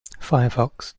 firefox